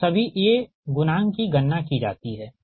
तो सभी A गुणांक की गणना की जाती है